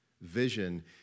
vision